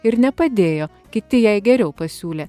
ir nepadėjo kiti jai geriau pasiūlė